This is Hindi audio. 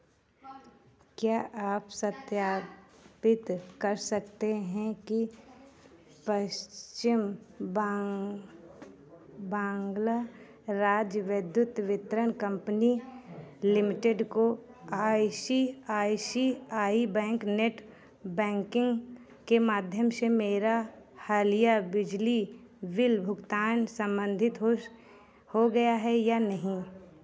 क्या आप सत्यापित कर सकते हैं कि पश्चिम बांग बांग्ला राज्य विद्युत वितरण कंपनी लिमटेड को I C I C I bank ने बैंकिंग के माध्यम से मेरा हालिया बिजली भुगतान संबंधित होस हो गया है या नहीं